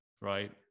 right